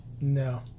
No